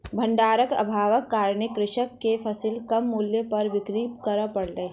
भण्डारक अभावक कारणेँ कृषक के फसिल कम मूल्य पर बिक्री कर पड़लै